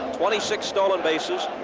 twenty six stolen bases,